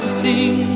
sing